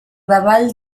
davall